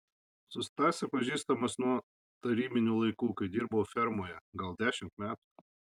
su stase pažįstamas nuo tarybinių laikų kai dirbau fermoje gal dešimt metų